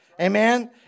Amen